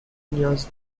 نیاز